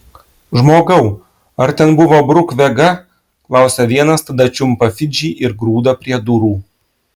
žmogau ar ten buvo bruk vega klausia vienas tada čiumpa fidžį ir grūda prie durų